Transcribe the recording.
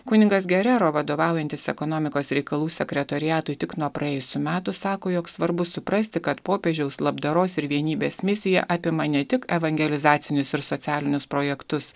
kunigas gerero vadovaujantis ekonomikos reikalų sekretoriatui tik nuo praėjusių metų sako jog svarbu suprasti kad popiežiaus labdaros ir vienybės misija apima ne tik evangelizacinius ir socialinius projektus